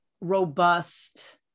robust